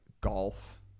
golf